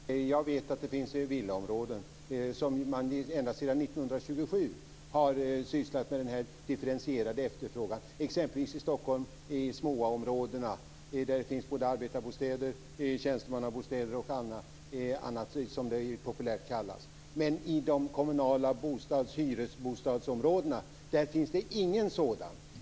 Fru talman! Jag vet att det finns villaområden där man ända sedan 1927 har sysslat med differentierad efterfrågan, exempelvis i Stockholm SMÅA områdena som de ju populärt kallas. Där finns det både arbetarbostäder, tjänstemannabostäder och annat. Men i de kommunala hyresbostadsområdena finns det ingen sådan.